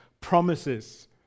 promises